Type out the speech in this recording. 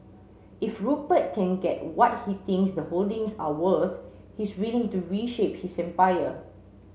if Rupert can get what he thinks the holdings are worth he's willing to reshape his empire